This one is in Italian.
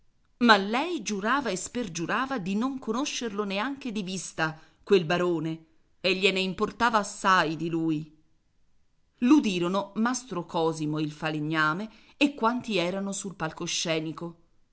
ma lei giurava e spergiurava di non conoscerlo neanche di vista quel barone e gliene importava assai di lui l'udirono mastro cosimo il falegname e quanti erano sul palcoscenico